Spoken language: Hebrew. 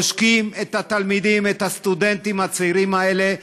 עושקים את התלמידים, את הסטודנטים הצעירים האלה.